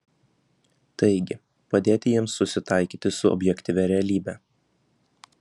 taigi padėti jiems susitaikyti su objektyvia realybe